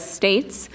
states